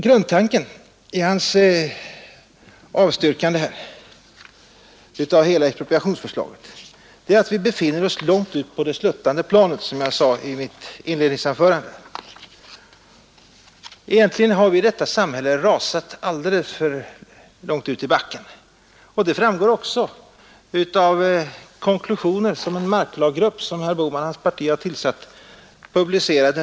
Grundtanken bakom hans avstyrkande av hela expropriationsförslaget är att vi befinner oss långt ute på det sluttande planet. Egentligen har vi i detta samhälle rasat alldeles för långt ut i backen. Det framgår också av de konklusioner som dras av en marklaggrupp som herr Bohman och hans parti har tillsatt.